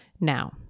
Now